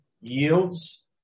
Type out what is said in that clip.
yields